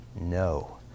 no